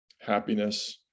happiness